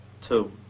two